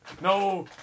no